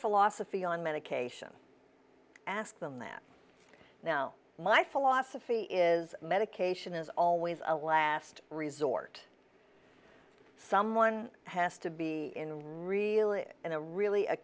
philosophy on medication ask them that now my philosophy is medication is always a last resort someone has to be real it in a really a